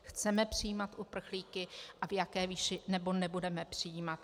Chceme přijímat uprchlíky a v jaké výši, nebo nebudeme přijímat.